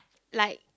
like